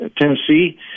Tennessee